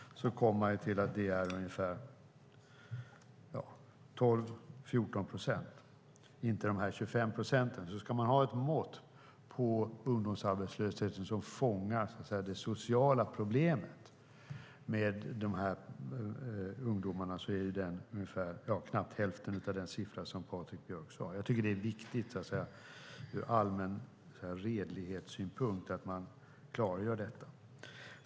Då kommer man till att det är ungefär 12-14 procent och inte dessa 25 procent. Ska man ha ett mått på ungdomsarbetslösheten som fångar det sociala problemet med de ungdomarna är det knappt hälften av den siffra som Patrik Björck sade. Det är viktigt ur allmän redlighetssynpunkt att man klargör detta.